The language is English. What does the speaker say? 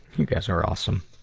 you guys are awesome.